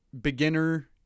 beginner